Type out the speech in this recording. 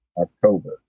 October